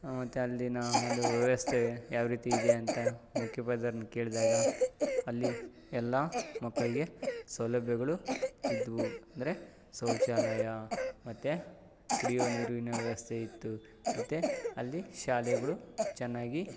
ಮತ್ತು ಅಲ್ಲಿನ ಒಂದು ವ್ಯವಸ್ಥೆ ಯಾವ ರೀತಿ ಇದೆ ಅಂತ ಮುಖ್ಯೋಪಾಧ್ಯಾಯರನ್ನ ಕೇಳಿದಾಗ ಅಲ್ಲಿ ಎಲ್ಲ ಮಕ್ಕಳಿಗೆ ಸೌಲಭ್ಯಗಳು ಇದ್ದವು ಅಂದರೆ ಶೌಚಾಲಯ ಮತ್ತೆ ಕುಡಿಯೋ ನೀರಿನ ವ್ಯವಸ್ಥೆ ಇತ್ತು ಮತ್ತೆ ಅಲ್ಲಿ ಶಾಲೆಗಳು ಚೆನ್ನಾಗಿ